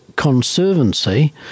Conservancy